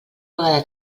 vegada